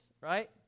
right